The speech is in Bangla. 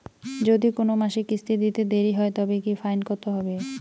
যদি কোন মাসে কিস্তি দিতে দেরি হয় তবে কি ফাইন কতহবে?